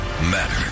matter